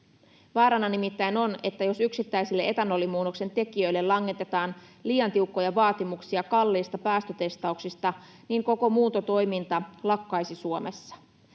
Vaarana nimittäin on, että jos yksittäisille etanolimuunnoksen tekijöille langetetaan liian tiukkoja vaatimuksia kalliista päästötestauksista, koko muuntotoiminta lakkaisi Suomessa.